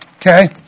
okay